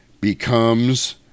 becomes